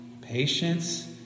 patience